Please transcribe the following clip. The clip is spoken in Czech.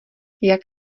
jak